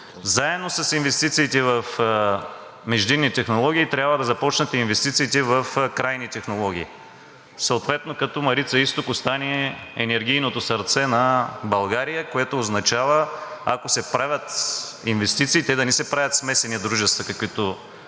Заедно с инвестициите в междинни технологии трябва да започнат и инвестициите в крайни технологии. Съответно като „Марица изток“ остане енергийното сърце на България, което означава, ако се правят инвестиции, да не се правят смесени дружества, каквито